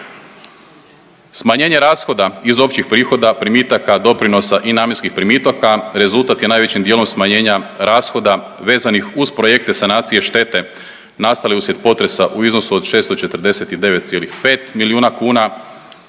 Smanjenje rashoda iz općih prihoda primitaka, doprinosa i namjenskih primitaka rezultat je najvećim dijelom smanjenja rashoda vezanih uz projekte sanacije štete nastale uslijed potresa u iznosu od 649,5 milijuna kuna,